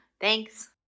Thanks